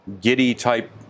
giddy-type